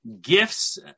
gifts